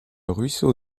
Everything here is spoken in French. ruisseau